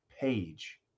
page